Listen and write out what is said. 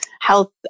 health